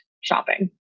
shopping